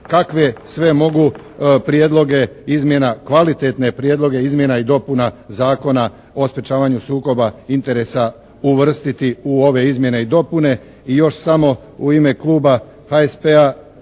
kakve sve mogu prijedloge izmjena, kvalitetne prijedloga izmjena i dopuna Zakona o sprečavanju sukoba interesa uvrstiti u ove izmjene i dopune. I još samo u ime Kluba HSP-a